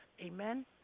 amen